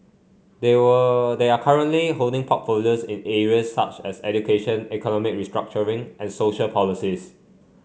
they were they are currently holding portfolios in areas such as education economic restructuring and social policies